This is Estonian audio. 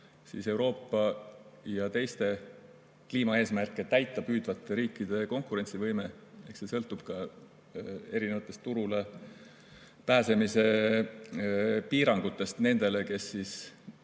Euroopa ja teiste kliimaeesmärke täita püüdvate riikide konkurentsivõime, sõltub erinevatest turule pääsemise piirangutest nendele ja nende